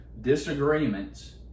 disagreements